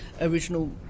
original